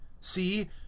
see